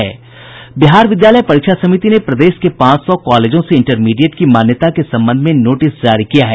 बिहार विद्यालय परीक्षा समिति ने प्रदेश के पांच सौ कॉलेजों से इंटरमीडिएट की मान्यता के संबंध में नोटिस जारी किया है